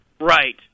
right